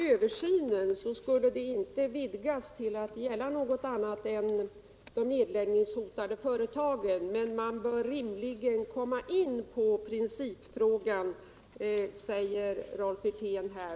Översynen skall inte vidgas till att gälla något annat än de nedläggningshotade företagen, men man bör rimligen komma in på principfrågan, säger Rolf Wirtén.